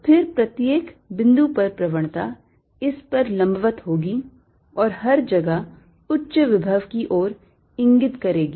फिर प्रत्येक बिंदु पर प्रवणता इस पर लंबवत होगी और हर जगह उच्च विभव की ओर इंगित करेगी